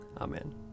Amen